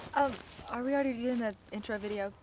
um are we already doing the intro video?